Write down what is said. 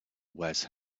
wears